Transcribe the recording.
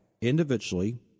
individually